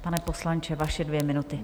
Pane poslanče, vaše dvě minuty.